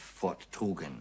forttrugen